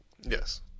yes